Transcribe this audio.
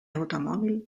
automóvil